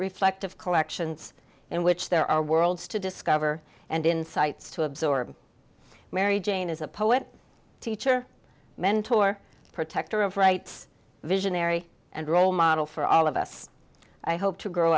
reflective collections in which there are worlds to discover and insights to absorb mary jane is a poet teacher mentor protector of rights visionary and role model for all of us i hope to grow